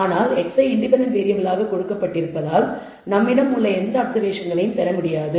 ஆனால் xi independent வேறியபிளாக கொடுக்கப்பட்டிருப்பதால் நம்மிடம் உள்ள எந்த அப்சர்வேஷன்களையும் பெற முடியாது